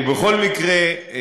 ובכל מקרה,